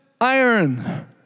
iron